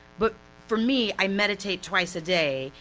but for me, i meditate twice a day,